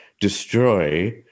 destroy